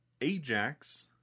Ajax